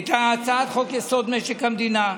את הצעת חוק-יסוד: משק המדינה,